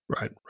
right